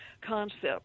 concept